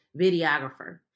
videographer